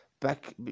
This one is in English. back